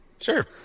Sure